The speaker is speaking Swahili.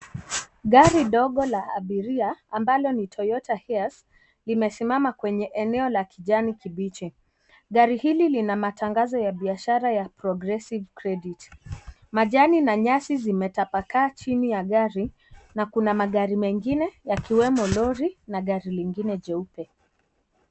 Gari ndogo la abira ambalo ni toyota limesimama kwenye eneo la kijani kibichi ,gari hili lina matangazo ya biashara ya progressive credit , majani na nyasi zimetapakaa chini ya gari na kuna magari mengine yakiwemo lori na gari lingine jeupe.